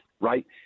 right